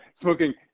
Smoking